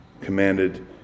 commanded